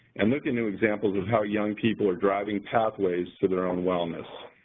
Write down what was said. and look into examples of how young people are driving pathways to their own wellness.